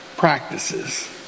practices